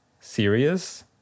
serious